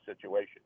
situation